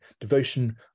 Devotion